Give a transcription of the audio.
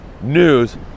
news